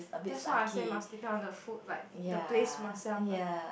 that's why I say must depend on the food like the place must sell like